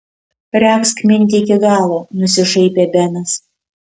regzk mintį iki galo nusišaipė benas